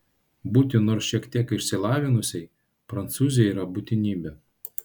būti nors šiek tiek išsilavinusiai prancūzei yra būtinybė